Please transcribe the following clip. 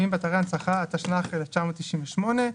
הנצחה (התשנ"ח-1998).